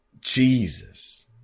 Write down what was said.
Jesus